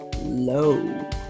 low